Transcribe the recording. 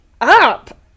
up